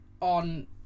on